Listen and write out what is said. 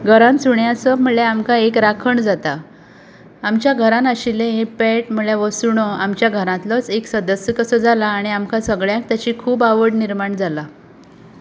घरांत सुणें आसप म्हळ्यार आमकां एक राखण जाता आमच्या घरांत आशिल्लो हें पॅट म्हळ्यार हो सुणो आमच्या घरांतलोच एक सदस्य जाला आनी आमकां सगल्यांक ताची खूब आवड निर्माण जाला